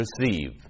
receive